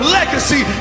legacy